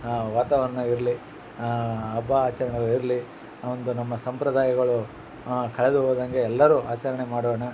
ವಾತಾವರಣ ಇರಲಿ ಹಬ್ಬ ಆಚರ್ಣೆಗಳು ಇರಲಿ ಒಂದು ನಮ್ಮ ಸಂಪ್ರದಾಯಗಳು ಕಳೆದು ಹೋದಂಗೆ ಎಲ್ಲರೂ ಆಚರಣೆ ಮಾಡೋಣ